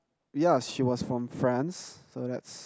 yeah she was from France so that's